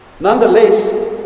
Nonetheless